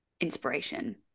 inspiration